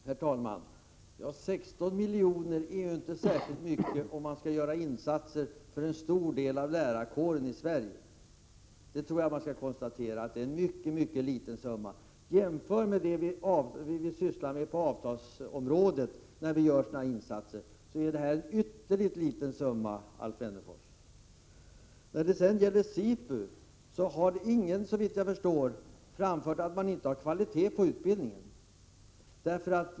Herr talman! 16 miljoner är inte särskilt mycket om det skall göras insatser för en stor del av lärarkåren i Sverige, utan det är en mycket liten summa. Jämfört med kostnaderna för sådana här insatser på avtalsområdet är det här en ytterst liten summa, Alf Wennerfors. När det gäller SIPU har ingen, såvitt jag förstår, framfört att det inte är kvalitet på utbildningen.